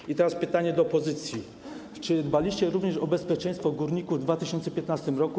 I teraz pytanie do opozycji: Czy dbaliście również o bezpieczeństwo górników w lutym 2015 r.